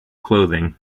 clothing